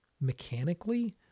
mechanically